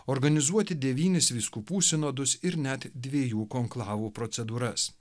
organizuoti devynis vyskupų sinodus ir net dviejų konklavų procedūras